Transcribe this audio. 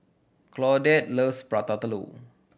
Claudette loves Prata Telur